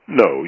no